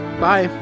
bye